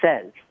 says